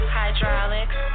hydraulics